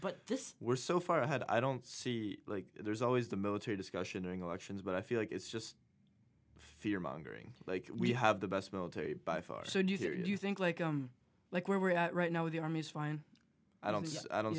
this we're so far ahead i don't see like there's always the military discussion during elections but i feel like it's just fear mongering like we have the best military by far so do you think like i like where we're at right now with the army's fine i don't i don't